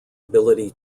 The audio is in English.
ability